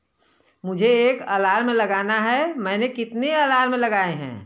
मुझे एक अलार्म लगाना है मैंने कितने अलार्म लगाए हैं